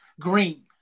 green